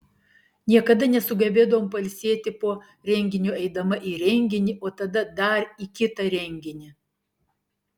niekada nesugebėdavau pailsėti po renginio eidama į renginį o tada dar į kitą renginį